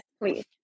please